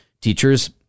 teachers